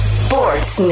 sports